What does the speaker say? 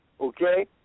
Okay